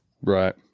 right